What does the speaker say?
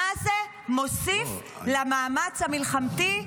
מה זה מוסיף למאמץ המלחמתי?